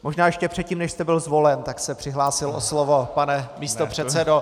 Možná ještě předtím, než jste byl zvolen, tak se přihlásil o slovo, pane místopředsedo.